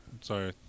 sorry